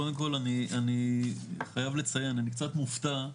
קודם כל, אני חייב לציין, אני קצת מופתע,